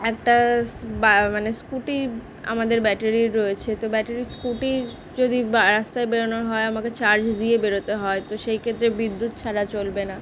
একটা স্ বা মানে স্কুটি আমাদের ব্যাটারির রয়েছে তো ব্যাটারির স্কুটি যদি বা রাস্তায় বেরোনোর হয় আমাকে চার্জ দিয়ে বেরোতে হয় তো সেই ক্ষেত্রে বিদ্যুৎ ছাড়া চলবে না